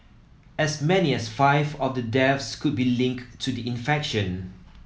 as many as five of the deaths could be linked to the infection